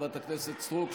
חברת הכנסת סטרוק,